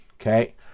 Okay